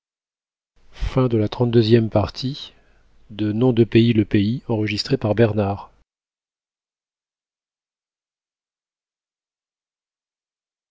de lui-même le